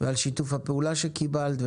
על שיתוף הפעולה שקיבלת,